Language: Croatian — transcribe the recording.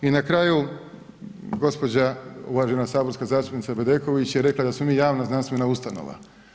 I na kraju, gospođa uvažena saborska zastupnica Bedeković je rekla da smo mi javna znanstvena ustanova.